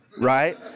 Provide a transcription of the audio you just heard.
right